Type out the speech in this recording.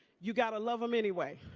you got to love them anyway.